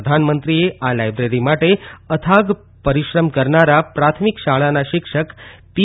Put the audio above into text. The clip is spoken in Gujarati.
પ્રધાનમંત્રીએ આ લાયબ્રેરી માટે અથાગ પરીશ્રમ કરનારા પ્રાથમિક શાળાના શિક્ષક પી